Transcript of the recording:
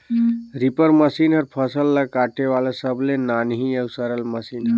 reaper machine हर फसल ल काटे वाला सबले नान्ही अउ सरल मसीन हवे